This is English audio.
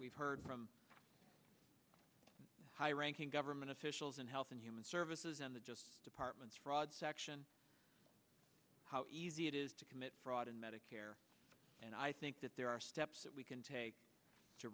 we've heard from high ranking government officials and health and human services and the just departments fraud section how easy it is to commit fraud in medicare and i think that there are steps that we can take to